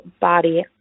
body